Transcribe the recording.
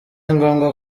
ngombwa